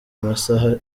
amasaha